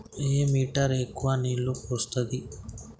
ఏ motor ఎక్కువ నీళ్లు పోస్తుంది?